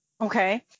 Okay